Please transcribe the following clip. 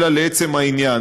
אלא לעצם העניין.